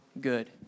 good